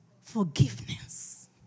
forgiveness